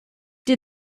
did